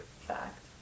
fact